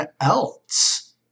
else